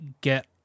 get